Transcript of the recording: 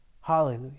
Hallelujah